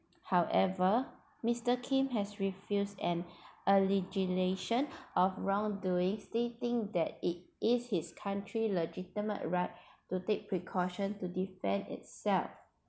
however mister Kim has refused an allegation of wrongdoing stating that it is his country's legitimate right to take precaution to defend itself